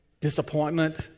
disappointment